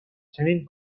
چنین